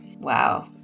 Wow